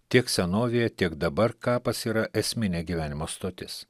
tiek senovėje tiek dabar kapas yra esminė gyvenimo stotis